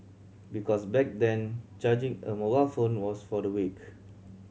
because back then charging a mobile phone was for the weak